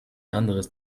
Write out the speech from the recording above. anderes